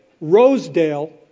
Rosedale